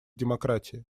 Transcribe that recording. демократии